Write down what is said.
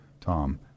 Tom